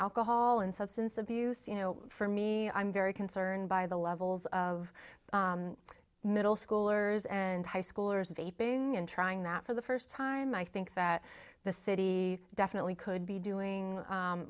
alcohol and substance abuse you know for me i'm very concerned by the levels of middle schoolers and high schoolers of aping and trying that for the first time i think that the city definitely could be doing